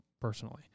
personally